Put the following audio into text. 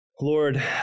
Lord